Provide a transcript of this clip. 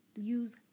use